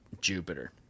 Jupiter